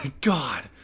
God